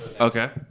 Okay